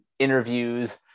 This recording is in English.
interviews